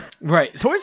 Right